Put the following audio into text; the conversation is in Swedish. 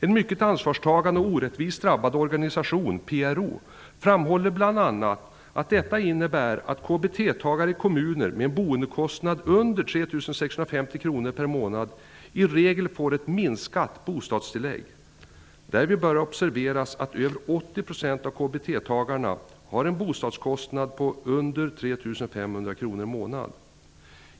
En mycket ansvarstagande och orättvist drabbad organisation, PRO, framhåller bl.a. att KBT-tagare i kommuner med en boendekostnad under 3 650 kr per månad i regel får minskat bostadstillägg. Därvid bör observeras att över 80 % av KBT tagarna har en bostadskostnad under 3 500 kr per månad.